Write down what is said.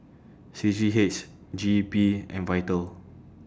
C G H G E P and Vital